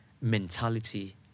mentality